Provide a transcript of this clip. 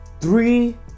three